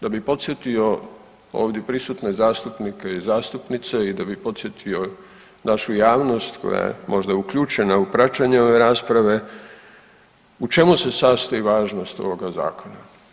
Da bi podsjetio ovdje prisutne zastupnike i zastupnice i da bi podsjetio našu javnost koja je možda uključena u praćenje ove rasprave u čemu se sastoji važnost ovoga zakona.